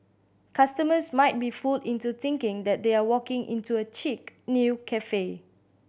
customers might be fooled into thinking that they are walking into a chic new cafe